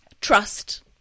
trust